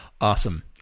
Awesome